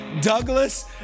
Douglas